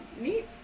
neat